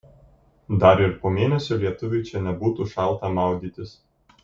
dar ir po mėnesio lietuviui čia nebūtų šalta maudytis